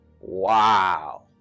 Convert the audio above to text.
Wow